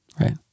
Right